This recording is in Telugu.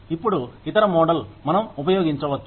ఇప్పుడు ఇతర మోడల్ మనం ఉపయోగించవచ్చు